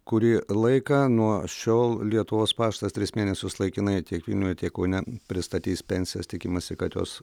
kuri laiką nuo šiol lietuvos paštas tris mėnesius laikinai tiek vilniuje tiek kaune pristatys pensijas tikimasi kad jos